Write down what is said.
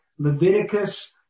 Leviticus